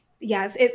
Yes